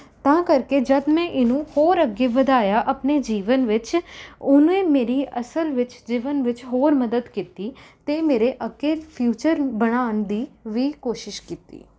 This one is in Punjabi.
ਤਾਂ ਕਰਕੇ ਜਦ ਮੈਂ ਇਹਨੂੰ ਹੋਰ ਅੱਗੇ ਵਧਾਇਆ ਆਪਣੇ ਜੀਵਨ ਵਿੱਚ ਉਹਨੇ ਮੇਰੀ ਅਸਲ ਵਿੱਚ ਜੀਵਨ ਵਿੱਚ ਹੋਰ ਮਦਦ ਕੀਤੀ ਅਤੇ ਮੇਰੇ ਅੱਗੇ ਫਿਊਚਰ ਬਣਾਉਣ ਦੀ ਵੀ ਕੋਸ਼ਿਸ਼ ਕੀਤੀ